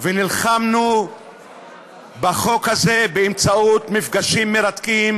ונלחמנו בחוק הזה באמצעות מפגשים מרתקים